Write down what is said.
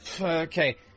okay